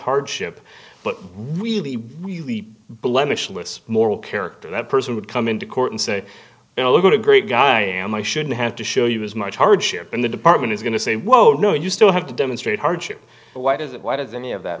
hardship but really really blemish moral character that person would come into court and say you know look at a great guy i am i shouldn't have to show you as much hardship in the department is going to say whoa no you still have to demonstrate hardship why does it why does any of that